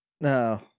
no